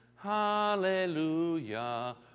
Hallelujah